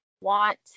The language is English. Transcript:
want